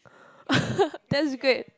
that's great